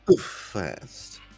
fast